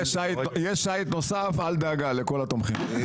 יש שיט נוסף אל דאגה לכל התומכים.